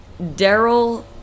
Daryl